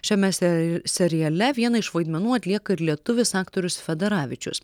šiame ser seriale vieną iš vaidmenų atlieka ir lietuvis aktorius fedaravičius